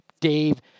Dave